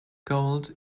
gold